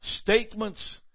statements